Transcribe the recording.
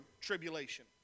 tribulation